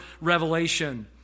revelation